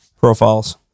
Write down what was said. profiles